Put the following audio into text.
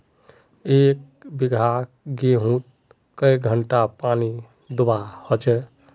एक बिगहा गेँहूत कई घंटा पानी दुबा होचए?